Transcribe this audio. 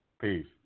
Peace